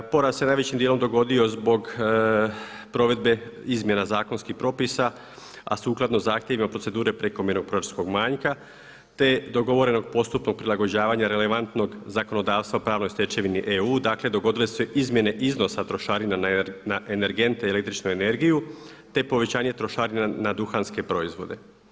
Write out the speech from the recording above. Porast se najvećim dijelom dogodio zbog provedbe izmjena zakonskih propisa a sukladno zahtjevima procedure prekomjernog proračunskog manjka te dogovorenog postupnog prilagođavanja relevantnog zakonodavstva pravnoj stečevini EU, dakle dogodile su se izmjene iznosa trošarina na energente i električnu energiju te povećanje trošarina na duhanske proizvode.